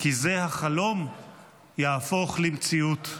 כי זה החלום יהפוך למציאות: